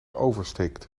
oversteekt